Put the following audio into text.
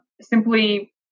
simply